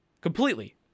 Completely